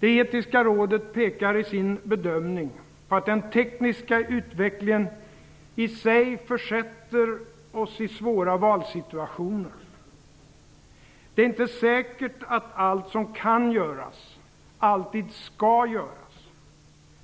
Det etiska rådet pekar i sin bedömning på att den tekniska utvecklingen i sig försätter oss i svåra valsituationer. Det är inte säkert att allt som kan göras alltid skall göras.